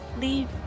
leave